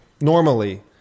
normally